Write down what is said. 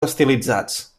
estilitzats